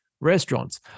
Restaurants